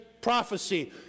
prophecy